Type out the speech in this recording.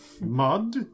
mud